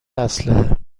اسلحه